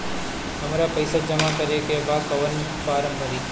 हमरा पइसा जमा करेके बा कवन फारम भरी?